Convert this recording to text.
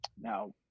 Now